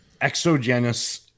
exogenous